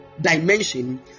dimension